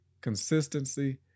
consistency